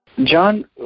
John